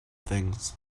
things